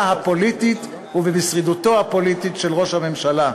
הפוליטית ובשרידותו הפוליטית של ראש הממשלה.